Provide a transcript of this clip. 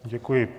Děkuji.